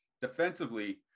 defensively